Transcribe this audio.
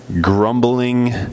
grumbling